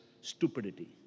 stupidity